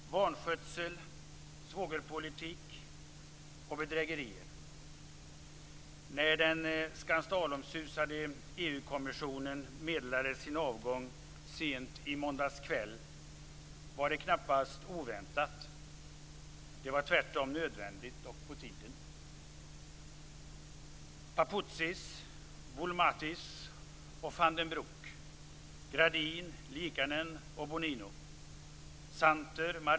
Herr talman! Vanskötsel, svågerpolitik och bedrägerier. Det var knappast oväntat när den skandalomsusade EU-kommissionen meddelade sin avgång sent i måndags kväll. Det var tvärtom nödvändigt och på tiden.